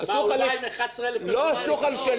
בין אם אין חשבון בנק.